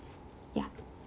ya